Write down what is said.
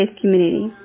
community